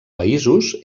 països